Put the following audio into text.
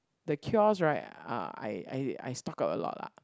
the cures right are I I I stock up a lot lah